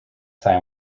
time